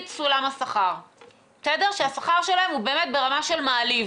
סולם השכר ושהשכר שלהם הוא באמת ברמה של מעליב.